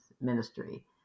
ministry